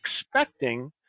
expecting